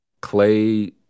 Clay